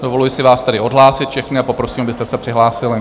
Dovoluji si vás tedy odhlásit všechny a poprosím, abyste se přihlásili.